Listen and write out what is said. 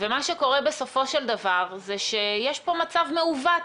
מה שקורה בסופו של דבר, שיש פה מצב מעוות.